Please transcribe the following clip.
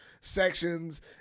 sections